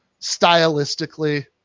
stylistically